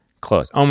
Close